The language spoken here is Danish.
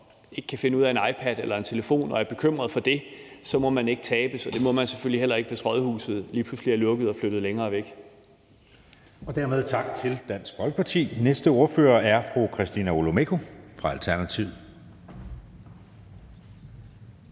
ikke kan finde ud af en iPad eller en telefon og er bekymret for det; de må ikke tabes. Og det må man selvfølgelig heller ikke, hvis rådhuset lige pludselig er lukket og flyttet længere væk. Kl. 17:47 Anden næstformand (Jeppe Søe): Dermed tak til Dansk Folkeparti. Den næste ordfører er fru Christina Olumeko fra Alternativet.